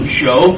show